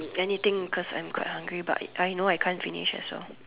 anything cause I'm quite hungry but I know I can't finish as well